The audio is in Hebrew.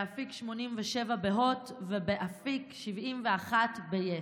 באפיק 87 בהוט ובאפיק 71 ביס.